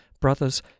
brothers